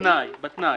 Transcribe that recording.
בתנאי, בתנאי.